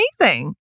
amazing